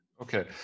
Okay